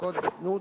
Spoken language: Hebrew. המועסקות בזנות